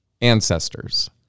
ancestors